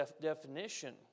definition